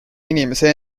inimese